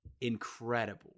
incredible